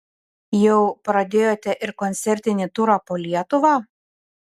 jau pradėjote ir koncertinį turą po lietuvą